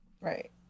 Right